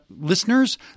listeners